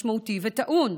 משמעותי וטעון,